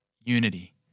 unity